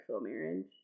marriage